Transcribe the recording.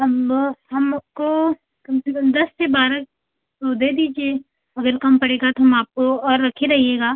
अब हमको कम से कम दस से बारह तो दे दीजिए अगर कम पड़ेगा तो हम आपको और रखे रहिएगा